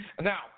Now